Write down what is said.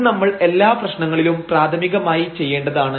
ഇത് നമ്മൾ എല്ലാ പ്രശ്നങ്ങളിലും പ്രാഥമികമായി ചെയ്യേണ്ടതാണ്